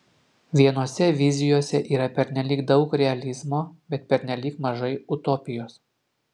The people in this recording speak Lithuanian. vienose vizijose yra pernelyg daug realizmo bet pernelyg mažai utopijos